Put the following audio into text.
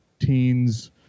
teens